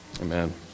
Amen